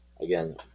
again